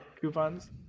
coupons